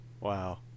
Wow